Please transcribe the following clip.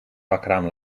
dakraam